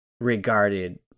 regarded